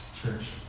Church